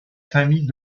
famille